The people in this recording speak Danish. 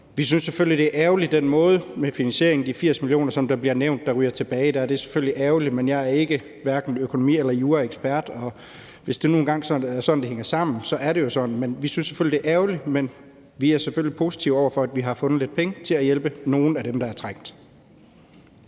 Vi synes selvfølgelig, det er ærgerligt med finansieringen, altså de 80 mio. kr., som bliver nævnt, der ryger tilbage. Det er selvfølgelig ærgerligt, men jeg er hverken økonomi- eller juraekspert, og hvis det nu engang er sådan, det hænger sammen, så er det sådan. Vi synes selvfølgelig, at det er ærgerligt, men vi er selvfølgelig positive over for, at vi har fundet lidt penge til at hjælpe nogle af dem, der er trængt.